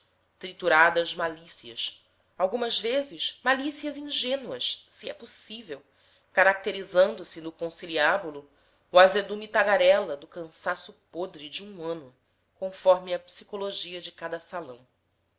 trituradas malícias algumas vezes malícias ingênuas se é possível caracterizando se no conciliábulo o azedume tagarela do cansaço podre de um ano conforme a psicologia de cada salão